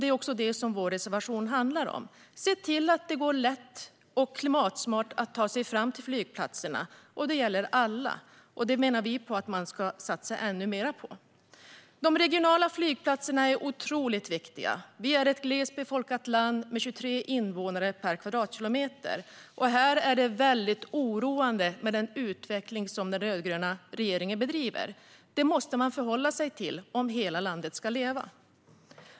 Det är också detta som vår reservation handlar om - att se till att det går lätt att klimatsmart ta sig till flygplatserna. Det gäller alla, och vi menar att man bör satsa ännu mer på detta. De regionala flygplatserna är otroligt viktiga. Sverige är ett glesbefolkat land med 23 invånare per kvadratkilometer, och det måste man förhålla sig till om hela landet ska leva. Den utveckling som den rödgröna regeringen driver är oroande.